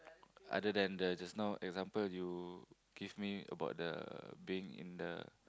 other than the just now example you give me about the being in the